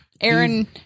Aaron